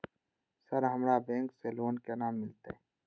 Sir हमरा bank से loan केना मिलते?